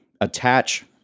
attach